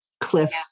Cliff